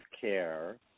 care